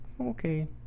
okay